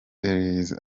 therese